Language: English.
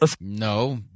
No